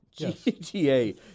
gta